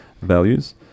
values